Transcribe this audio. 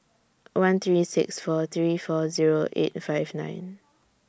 one three six four three four Zero eight five nine